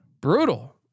Brutal